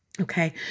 Okay